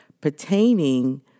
pertaining